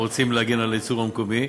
רוצים להגן על הייצור המקומי.